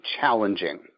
challenging